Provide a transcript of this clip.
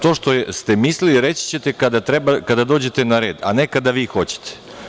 To što ste mislili, reći ćete kada dođete na red, a ne kada vi hoćete.